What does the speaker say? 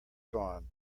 gone